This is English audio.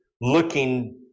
looking